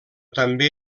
també